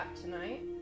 tonight